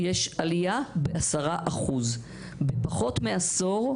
יש עלייה בעשרה אחוז, בפחות מעשור,